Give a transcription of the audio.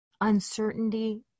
Uncertainty